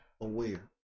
aware